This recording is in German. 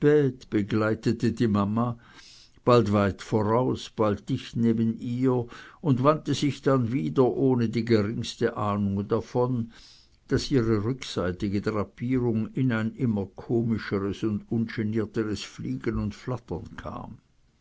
begleitete die mama bald weit vorauf bald dicht neben ihr und wandte sich dann wieder ohne die geringste ahnung davon daß ihre rückseitige drapierung in ein immer komischeres und ungenierteres fliegen und flattern kam